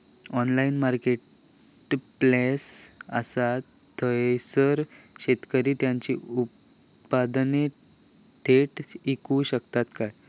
Online marketplace असा थयसर शेतकरी त्यांची उत्पादने थेट इकू शकतत काय?